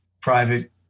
private